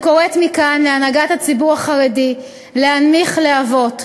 אני קוראת מכאן להנהגת הציבור החרדי להנמיך להבות,